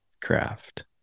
craft